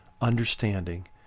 understanding